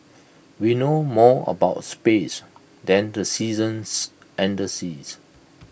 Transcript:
we know more about space than the seasons and the seas